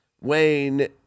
Wayne